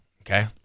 okay